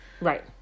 Right